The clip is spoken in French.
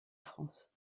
france